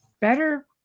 better